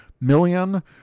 million